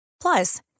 Plus